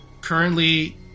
Currently